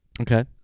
Okay